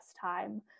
time